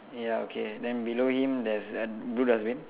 ya okay then below him there's a blue dustbin